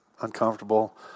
uncomfortable